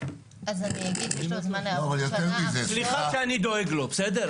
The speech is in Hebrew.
אבל לא משנה, אני לא לוקח קרדיט.